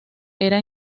era